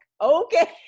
Okay